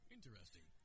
Interesting